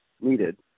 needed